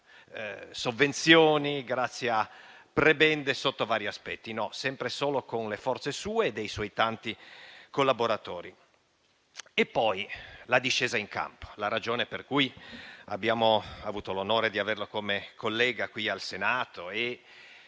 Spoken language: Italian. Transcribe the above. sovvenzioni e a prebende sotto vari aspetti. No, sempre e solo con le forze sue e dei suoi tanti collaboratori. Poi c'è stata la discesa in campo, la ragione per cui abbiamo avuto l'onore di averlo come collega qui al Senato,